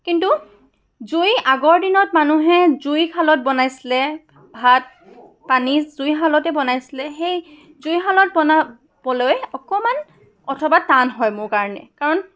কিন্তু জুই আগৰ দিনত মানুহে জুইশালত বনাইছিলে ভাত পানী জুইশালতে বনাইছিলে সেই জুইশালত বনাবলৈ অকমান অথবা টান হয় মোৰ কাৰণে কাৰণ